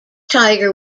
tiger